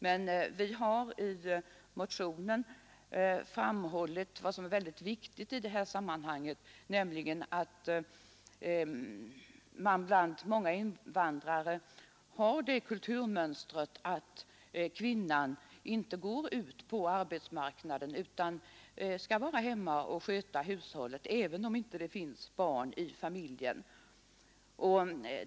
Men vi har i motionen framhållit vad som är väldigt viktigt i det här sammanhanget, nämligen att bland många invandrare råder det kulturmönstret att kvinnan inte går ut på arbetsmarknaden, utan hon skall vara hemma och sköta hushållet även om det inte finns barn i familjen.